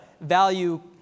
value